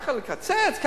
ככה לקצץ?